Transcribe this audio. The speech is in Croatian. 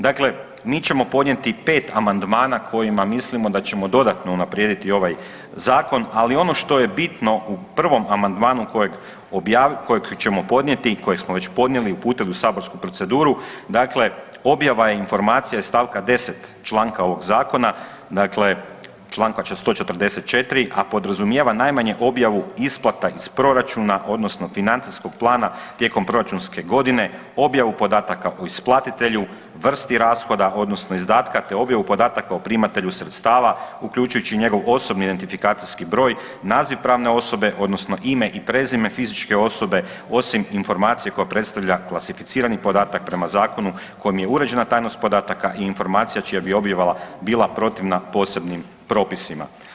Dakle, mi ćemo podnijeti 5 amandmana kojima mislimo da ćemo dodatno unaprijediti ovaj zakon ali ono što je bitno u prvom amandmanu kojeg ćemo podnijeti, kojeg smo već podnijeli, uputili u saborsku proceduru, dakle objava je informacija iz stavka 10. članka ovog zakona, dakle čl. 144., a podrazumijeva najmanje objavu isplata iz proračuna odnosno financijskog plana tijekom proračunske godine, objavu podataka isplatitelju, vrsti rashoda odnosno izdatka te objavu podataka o primatelju sredstava uključujući i njegov osobni identifikacijski broj, naziv pravne osobe odnosno ime i prezime fizičke osobe, osim informacije koja predstavlja klasificirani podatak prema zakonu kojim je uređena tajnost podataka i informacija čija bi objava bila protivna posebnim propisima.